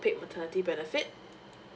paid maternity benefit